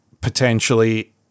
potentially